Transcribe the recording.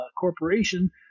corporation